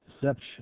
Deception